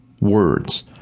Words